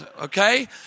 okay